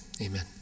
amen